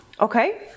Okay